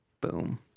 boom